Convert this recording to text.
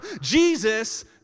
Jesus